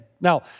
Now